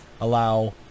allow